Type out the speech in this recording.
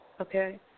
Okay